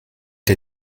der